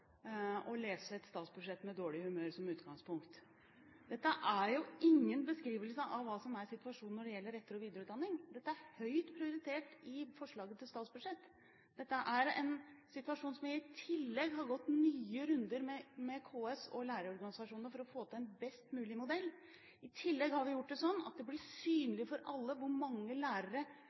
å lese et statsbudsjett med dårlig humør som utgangspunkt. Dette er ingen beskrivelse av hva som er situasjonen når det gjelder etter- og videreutdanning. Dette er høyt prioritert i forslaget til statsbudsjett. Dette er en situasjon der vi i tillegg har gått nye runder med KS og lærerorganisasjonene for å få til en best mulig modell. I tillegg har vi gjort det sånn at det blir synlig for alle hvor mange lærere